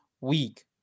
week